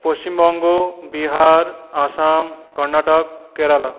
Paschimbanga Bihar Assam Karnataka Kerala